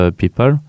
people